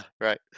right